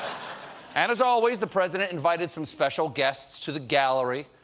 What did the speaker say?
and as always, the president invited some special guests to the gallery,